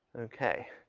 okay.